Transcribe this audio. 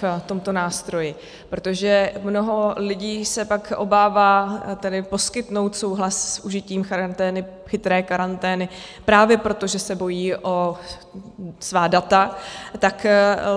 v tomto nástroji, protože mnoho lidí se pak obává poskytnout souhlas s užitím chytré karantény právě proto, že se bojí o svá data, tak